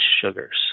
sugars